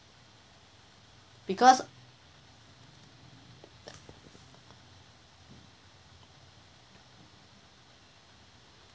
because